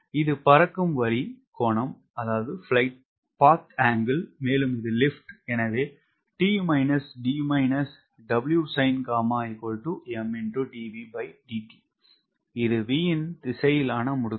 இது பறக்கும் வழி கோணம் மேலும் இது லிப்ட் எனவே இது V ன் திசையிலான முடுக்கம்